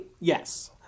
Yes